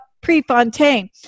Prefontaine